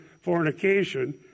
fornication